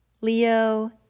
Leo